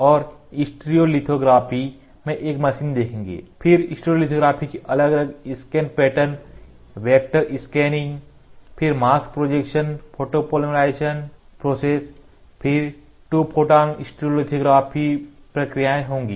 और स्टीरियोलिथोग्राफी में एक मशीन देखेंगे फिर स्टीरियोलिथोग्राफी के अलग अलग स्कैन पैटर्न वेक्टर स्कैनिंग फिर mask projection photopolymerization process Process प्रक्रिया फिर टू फोटॉन स्टीरोलिथोग्राफी प्रक्रियाएं होंगी